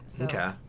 okay